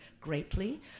greatly